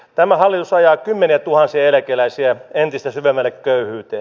tämä hallitus ajaa kymmeniätuhansia eläkeläisiä entistä syvemmälle köyhyyteen